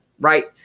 right